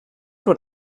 what